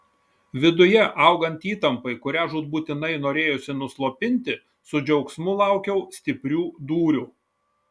viduje augant įtampai kurią žūtbūtinai norėjosi nuslopinti su džiaugsmu laukiau stiprių dūrių